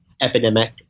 epidemic